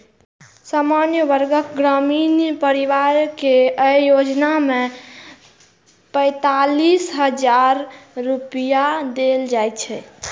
सामान्य वर्गक ग्रामीण परिवार कें अय योजना मे पैंतालिस हजार रुपैया देल जाइ छै